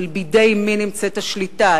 בידי מי נמצאת השליטה,